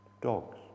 dogs